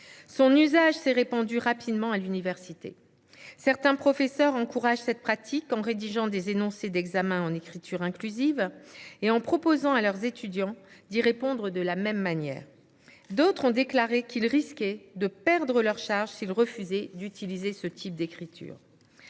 Son usage s’est répandu rapidement à l’université. Certains professeurs encouragent cette pratique en rédigeant des énoncés d’examen en écriture inclusive et en proposant à leurs étudiants d’y répondre de la même manière. D’autres ont déclaré qu’ils risquaient de perdre leur charge d’enseignement s’ils refusaient d’utiliser ce type d’écriture.